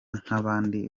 nk’abandi